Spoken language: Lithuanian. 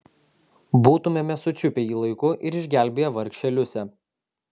būtumėme sučiupę jį laiku ir išgelbėję vargšę liusę